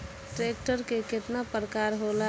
Tractor के केतना प्रकार होला?